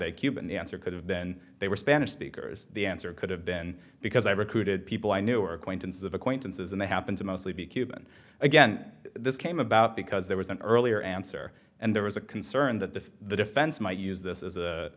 they cuban the answer could have then they were spanish speakers the answer could have been because i recruited people i knew were acquaintances of acquaintances and they happened to mostly be cuban again this came about because there was an earlier answer and there was a concern that the the defense might use this as a